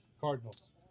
Cardinals